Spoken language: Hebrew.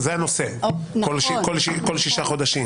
זה הנושא, וכמה יוצא ממנו כל שישה חודשים?